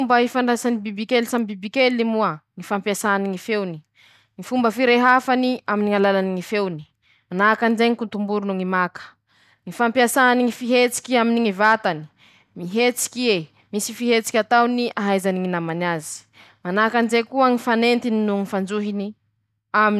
Ñy fomba ifandraisany ñy bibikely samby bibikely moa: -ñy fampiasany ñy feony. -ñy fomba firehafany aminy alalany ñy feony manahaky anizay ñy kotomboro noho ñy maka.- ñy fampiasany ñy fihetsiky aminy ñy vatany ;mihetsiky eee misy fihetsiky ataony ahaizany ñy namany azy .- Manahaky anizay koa ñy fanentiny noho ñy fanjohiny am <...>